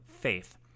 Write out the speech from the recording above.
Faith